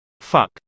Fuck